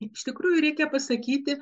iš tikrųjų reikia pasakyti